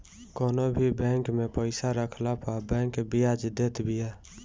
कवनो भी बैंक में पईसा रखला पअ बैंक बियाज देत बिया